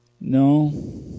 No